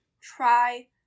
try